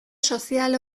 sozial